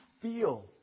feel